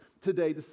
today